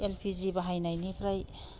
L P G बाहायनायनिफ्राय